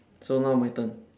so now my turn